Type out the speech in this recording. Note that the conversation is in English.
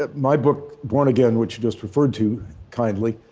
ah my book, born again, which you just referred to kindly,